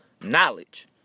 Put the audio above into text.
knowledge